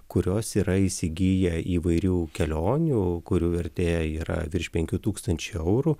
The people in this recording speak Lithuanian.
kurios yra įsigiję įvairių kelionių kurių vertė yra virš penkių tūkstančių eurų